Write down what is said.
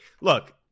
Look